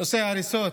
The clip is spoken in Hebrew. לנושא ההריסות,